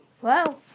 Wow